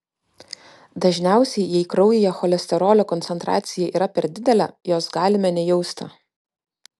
dažniausiai jei kraujyje cholesterolio koncentracija yra per didelė jos galime nejausti